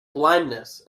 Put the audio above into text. blindness